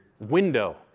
window